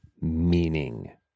meaning